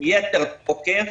ביתר תוקף,